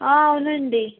అవును అండి